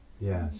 Yes